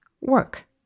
work